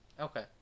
Okay